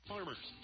Farmers